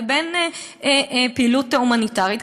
לבין פעילות הומניטרית.